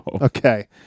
okay